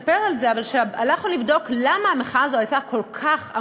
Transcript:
ומצאנו את עצמנו חלק ממחאה כלל-ארצית,